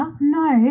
No